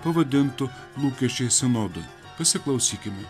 pavadintu lūkesčiai sinodui pasiklausykime